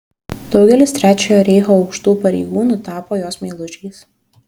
daugelis trečiojo reicho aukštų pareigūnų tapo jos meilužiais